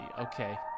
okay